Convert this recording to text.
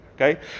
okay